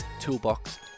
toolbox